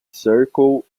circle